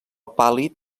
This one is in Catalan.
pàl·lid